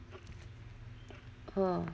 oh